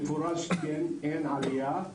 במפורש אין עלייה,